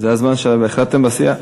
זה הזמן שהחלטתם בסיעה.